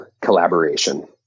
collaboration